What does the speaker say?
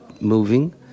moving